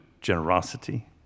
generosity